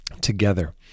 together